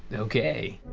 okay.